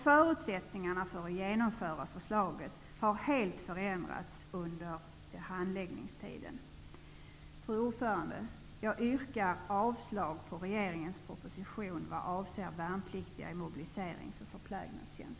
Förutsättningarna för att genomföra förslaget har helt förändrats under handläggningstiden. Fru talman! Jag yrkar avslag på regeringens proposition vad avser värnpliktiga i mobiliseringsoch förplägnadstjänst.